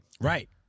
Right